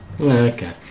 okay